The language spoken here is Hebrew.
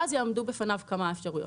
ואז יעמדו בפניו כמה אפשרויות.